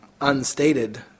unstated